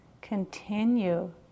continue